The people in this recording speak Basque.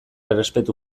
errespetu